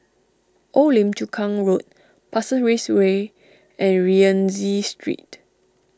Old Lim Chu Kang Road Pasir Ris Way and Rienzi Street